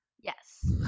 Yes